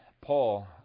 Paul